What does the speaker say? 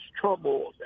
trouble